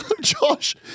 Josh